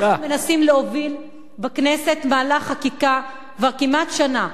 אנחנו מנסים להוביל בכנסת, כבר כמעט שנה,